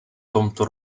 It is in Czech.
tomto